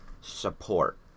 support